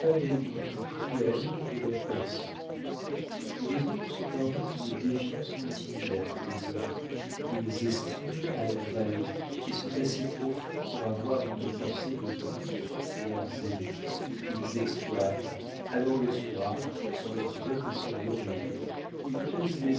d'ennemi plus cruel que leur personne mais les autres sont armés d'une défiance continuelle des hommes qu'ils estiment à leur valeur et sont assez profonds pour avoir une pensée de plus que leurs amis qu'ils exploitent alors le soir quand leur tête est sur l'oreiller ils pèsent les